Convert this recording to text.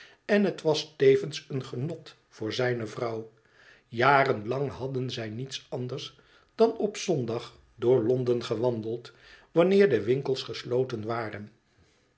en het was tevens een genot voor zijne vrouw jaren lang hadden zij niet anders dan op zondag door londen gewandeld wanneer de winkels gesloten waren